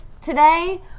today